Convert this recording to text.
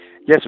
Yes